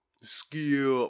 Skip